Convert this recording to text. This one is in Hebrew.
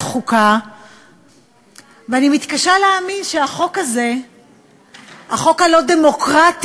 חוק כזה לא יכול להיות במדינה דמוקרטית.